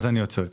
אז אני עוצר כאן.